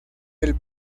del